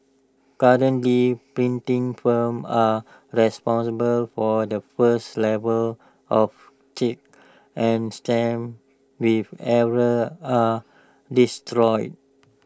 currently printing firms are responsible for the first level of checks and stamps with errors are destroyed